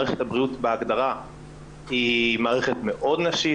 מערכת הבריאות בהגדרה היא מערכת מאוד נשית.